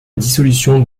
dissolution